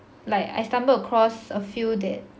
like I stumbled across a few that